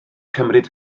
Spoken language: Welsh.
cymryd